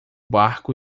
barco